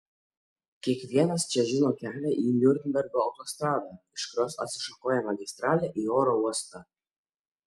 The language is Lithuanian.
kiekvienas čia žino kelią į niurnbergo autostradą iš kurios atsišakoja magistralė į oro uostą